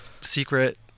Secret